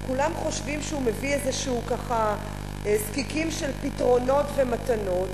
כולם חושבים שהוא מביא זקיקים של פתרונות ומתנות,